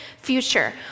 future